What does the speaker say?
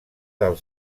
del